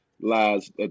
lies –